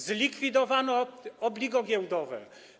Zlikwidowano obligo giełdowe.